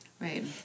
Right